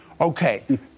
Okay